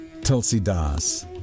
Tulsidas